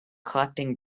collecting